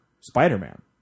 Spider-Man